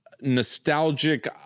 nostalgic